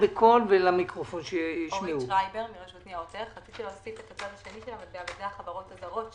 אני מבקשת להוסיף את הצד השני של המטבע החברות הזרות,